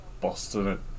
Boston